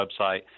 website